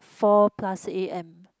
four plus a_m